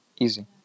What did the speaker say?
Easy